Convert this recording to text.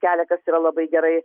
keletas yra labai gerai